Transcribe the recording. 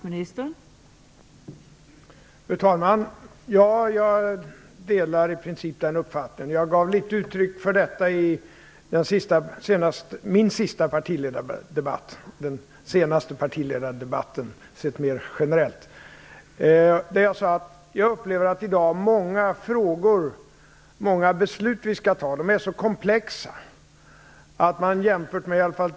Fru talman! Jag delar i princip den uppfattningen. Jag gav uttryck för detta i min sista partiledardebatt - den senaste partiledaredebatten mer generellt sett. Där sade jag att jag upplever att många frågor och många beslut som vi skall fatta i dag är så komplexa.